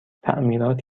تعمیرات